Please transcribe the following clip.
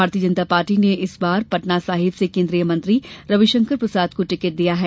भारतीय जनता पार्टी ने इस बार पटना साहिब से केन्द्रीय मंत्री रवि शंकर प्रसाद को टिकट दिया है